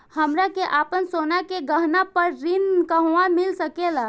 हमरा के आपन सोना के गहना पर ऋण कहवा मिल सकेला?